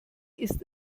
ist